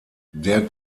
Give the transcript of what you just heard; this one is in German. der